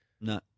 No